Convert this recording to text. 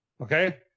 okay